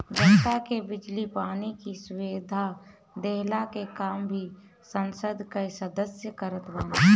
जनता के बिजली पानी के सुविधा देहला के काम भी संसद कअ सदस्य करत बाने